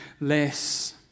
less